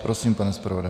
Prosím, pane zpravodaji.